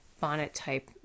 bonnet-type